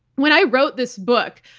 when i wrote this book,